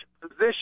position